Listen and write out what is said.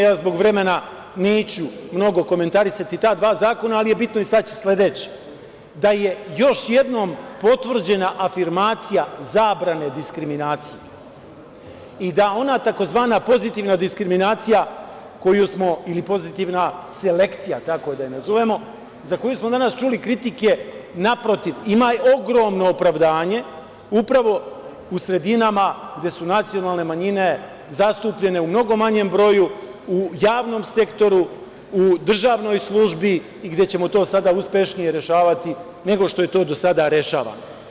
Ja zbog vremena neću mnogo komentarisati ta dva zakona, ali je bitno istaći sledeće – da je još jednom potvrđena afirmacija zabrane diskriminacije i da ona tzv. pozitivna diskriminacija ili pozitivna selekcija, tako da je nazovemo, za koju smo danas čuli kritike, naprotiv, ima ogromno opravdanje upravo u sredinama gde su nacionalne manjine zastupljene u mnogo manjem broju u javnom sektoru, u državnoj službi i gde ćemo to sada uspešnije rešavati nego što je to do sada rešavano.